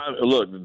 Look